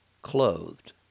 clothed